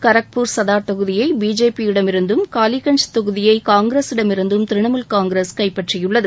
கரக்பூர்சதர் தொகுதியை பிஜேபியிடமிருந்தும் காலிகஞ்ச் தொகுதியை காங்கிரஸிடமிருந்தும் திரிணாமூல் காங்கிரஸ் கைப்பற்றியுள்ளது